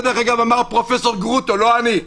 זה דרך אגב אמר פרופ' גרוטו, לא אני,